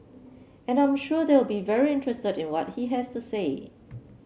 and I'm sure they'll be very interested in what he has to say